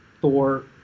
Thor